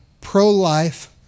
pro-life